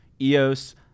EOS